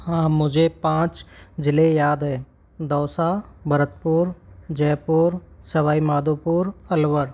हाँ मुझे पाँच जिले याद है दौसा भरतपुर जयपुर सवाई माधवपुर अलवर